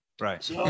right